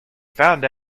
found